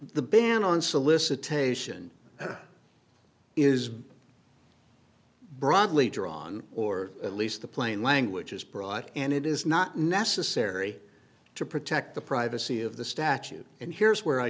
the ban on solicitation is broadly drawn or at least the plain language is broad and it is not necessary to protect the privacy of the statute and here's where i